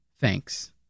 Thanks